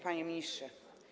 Panie Ministrze!